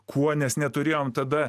kuo nes neturėjom tada